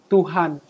Tuhan